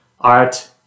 art